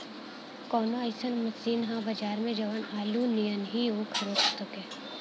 कवनो अइसन मशीन ह बजार में जवन आलू नियनही ऊख रोप सके?